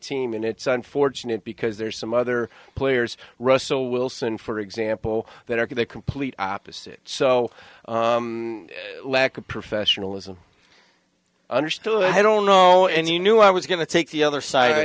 team and it's unfortunate because there's some other players russell wilson for example that are going to complete opposite so lack of professionalism understood i don't know and you knew i was going to take the other side